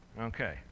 Okay